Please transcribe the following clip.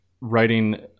writing